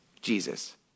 Jesus